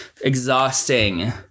exhausting